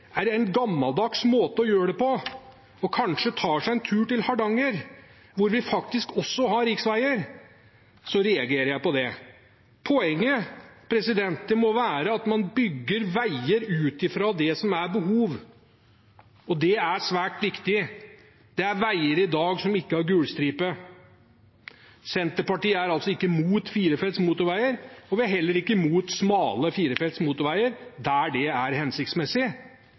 en gammeldags måte å gjøre det på, og kanskje tar seg en tur til Hardanger, hvor vi faktisk også har riksveier, reagerer jeg på det. Poenget må være at man bygger veier ut fra det som er behovet. Det er svært viktig. Det er veier i dag som ikke har gul stripe. Senterpartiet er altså ikke mot firefelts motorveier, og vi er heller ikke mot smale firefelts motorveier der det er hensiktsmessig.